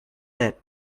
that